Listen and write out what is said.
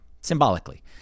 symbolically